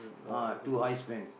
ah too high spend